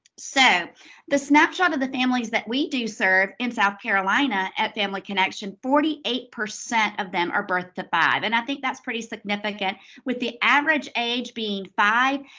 so the snapshot of the families that we do serve in south carolina at family connection, forty eight percent of them are birth to five. and i think that's pretty significant with the average age being five.